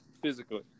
physically